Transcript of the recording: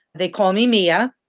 they call me mia.